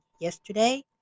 yesterday